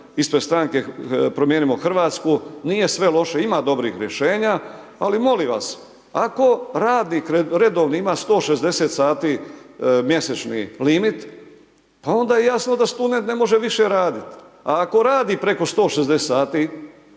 ispred stranke Promijenimo Hrvatsku nije sve loše ima dobrih rješenja, ali molim vas ako radnik redovno ima 160 sati mjesečni limit, onda je jasno da se tu ne može više radit, a ako radi preko 160 sati